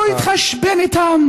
אנחנו נתחשבן איתם.